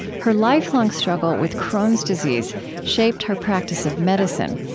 her lifelong struggle with crohn's disease shaped her practice of medicine,